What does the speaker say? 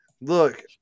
Look